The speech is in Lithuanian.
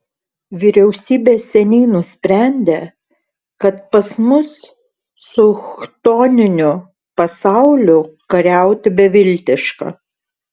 vyriausybė seniai nusprendė kad pas mus su chtoniniu pasauliu kariauti beviltiška